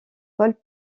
paul